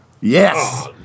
Yes